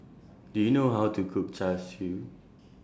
Do YOU know How to Cook Char Siu